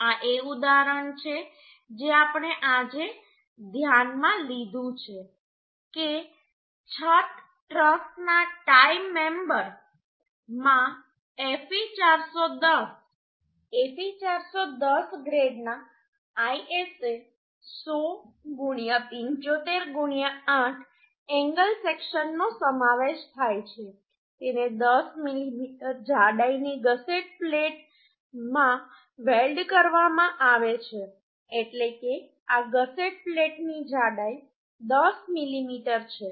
આ એ ઉદાહરણ છે જે આપણે આજે ધ્યાનમાં લીધું છે કે છત ટ્રસ ના ટાઇ મેમ્બર માં Fe410 ગ્રેડના ISA 100758 એંગલ સેક્શનનો સમાવેશ થાય છે તેને 10 મીમી જાડાઈની ગસેટ પ્લેટ માં વેલ્ડ કરવામાં આવે છે એટલે કે આ ગસેટ પ્લેટની જાડાઈ 10 મીમી છે